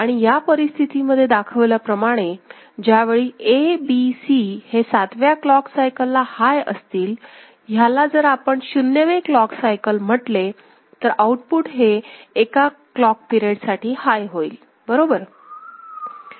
आणि या परिस्थितीमध्ये दाखवल्याप्रमाणे ज्यावेळी ABC हे सातव्या क्लॉक सायकलला हाय असतीलह्याला जर आपण 0 वे क्लॉक सायकल म्हटले तर आउटपुट हे एका क्लॉक पिरेड साठी हाय होईल बरोबर